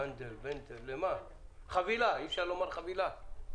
אי אפשר לומר חבילה?